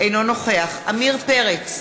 אינו נוכח עמיר פרץ,